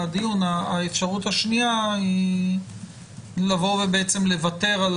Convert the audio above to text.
האפשרות השנייה בהקשר הזה היא לוותר על